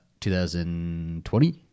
2020